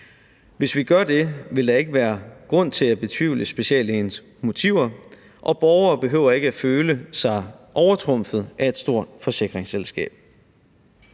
Hvis vi gør det, vil der ikke være grund til at betvivle speciallægens motiver, og borgere behøver ikke at føle sig overtrumfet af et stort forsikringsselskab.